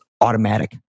automatic